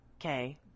Okay